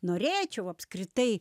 norėčiau apskritai